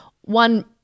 one